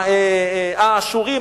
האשורים,